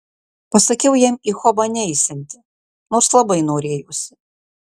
pasakiau jam į hobą neisianti nors labai norėjosi